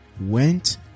went